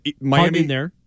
Miami